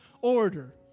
order